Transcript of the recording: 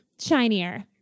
shinier